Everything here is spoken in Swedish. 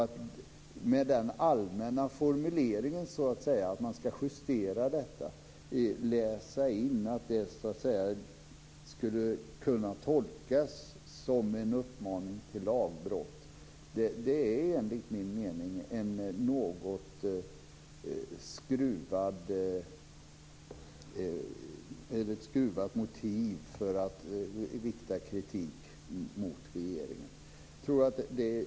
Att i den allmänna formuleringen att man ska justera detta, läsa in att det skulle kunna tolkas som en uppmaning till lagbrott är enligt min mening ett något skruvat motiv för att rikta kritik mot regeringen.